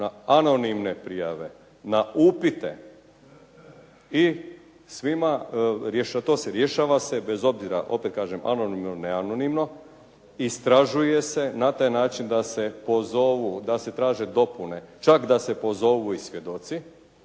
na anonimne prijave, na upite i to se rješava bez obzira opet kažem anonimno, neanonimno, istražuje se na taj način da se pozovu, da se traže dopune, čak da se pozovu i svjedoci,